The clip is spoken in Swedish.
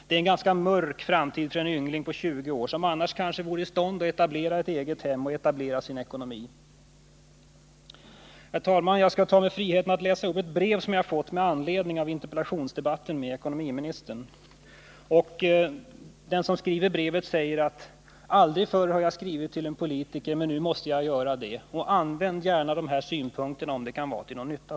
Det är en ganska mörk framtid för en yngling på 20 år som annars kanske vore i stånd att etablera ett eget hem och en ordnad ekonomi. Herr talman! Jag skall ta mig friheten att läsa upp ett brev som jag fått med anledning av interpellationsdebatten med ekonomiministern. Det står där: ”Aldrig förr har jag skrivit till en politiker, men nu måste jag skriva.” Brevskrivaren framhåller att jag gärna får använda synpunkterna, om de kan vara till någon nytta.